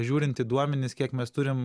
žiūrint į duomenis kiek mes turim